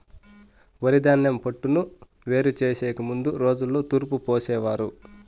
వరిధాన్యం పొట్టును వేరు చేసెకి ముందు రోజుల్లో తూర్పు పోసేవారు